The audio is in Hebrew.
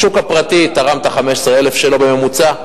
השוק הפרטי תרם את ה-15,000 שלו בממוצע,